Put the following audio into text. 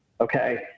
Okay